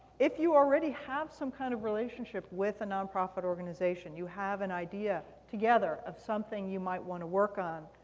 if you already have some kind of relationship with a nonprofit organization, you have an idea together of something you might want to work on,